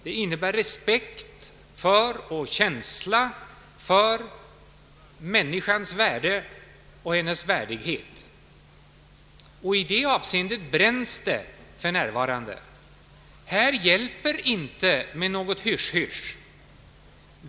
Det innebär respekt för och känsla för människans värde och värdighet. I det avseendet bränns det för närvarande. Här hjälper inte med något hysch-hysch.